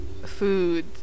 food